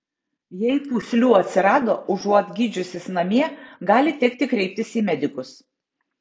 jei pūslių atsirado užuot gydžiusis namie gali tekti kreiptis į medikus